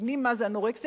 מבינים מה זה אנורקסיה,